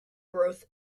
growth